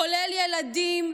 כולל ילדים,